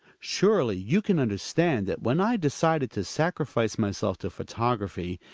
surely you can understand that when i decided to sacrifice myself to photography,